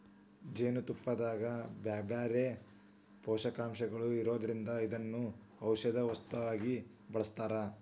ಜೇನುತುಪ್ಪದಾಗ ಬ್ಯಾರ್ಬ್ಯಾರೇ ಪೋಷಕಾಂಶಗಳು ಇರೋದ್ರಿಂದ ಇದನ್ನ ಔಷದ ವಸ್ತುವಾಗಿ ಬಳಸ್ತಾರ